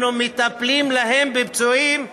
אנחנו מטפלים להם בפצועים,